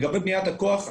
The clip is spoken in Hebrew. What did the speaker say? לגבי בניית הכוח,